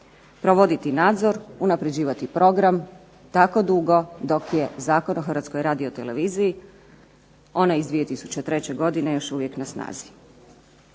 Provoditi nadzor, unapređivati program tako dugo dok je Zakon o Hrvatskoj radioteleviziji onaj iz 2003. godine još uvijek na snazi.